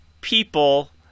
people